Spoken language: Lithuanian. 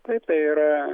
taip tai yra